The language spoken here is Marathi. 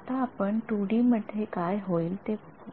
आता आपण टू २ डी मध्ये काय होईल ते बघू